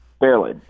Barely